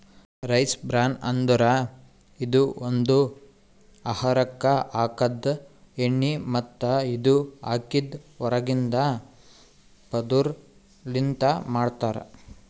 rice bran ಅಂದುರ್ ಇದು ಒಂದು ಆಹಾರಕ್ ಹಾಕದ್ ಎಣ್ಣಿ ಮತ್ತ ಇದು ಅಕ್ಕಿದ್ ಹೊರಗಿಂದ ಪದುರ್ ಲಿಂತ್ ಮಾಡ್ತಾರ್